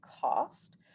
cost